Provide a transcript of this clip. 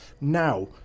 Now